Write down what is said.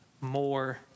more